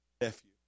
nephew